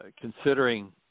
considering